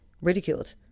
ridiculed